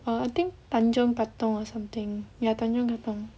err I think tanjong katong or something ya tanjong katong